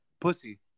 pussy